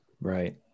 Right